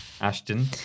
Ashton